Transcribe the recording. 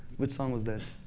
which song was that?